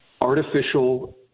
artificial